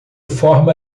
forma